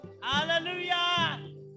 Hallelujah